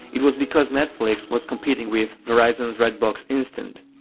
it was because netflix was competing with verizon's redbox instant.